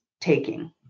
taking